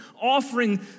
offering